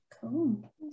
cool